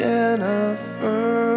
Jennifer